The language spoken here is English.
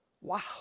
Wow